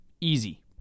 Easy